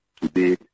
today